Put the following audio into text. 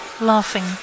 laughing